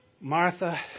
Martha